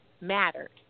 mattered